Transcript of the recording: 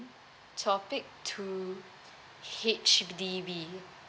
topic two H_D_B